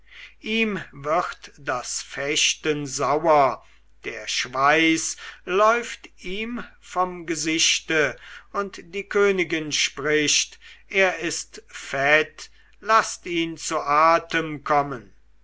ihm wird das fechten sauer der schweiß läuft ihm vom gesichte und die königin spricht er ist fett laßt ihn zu atem kommen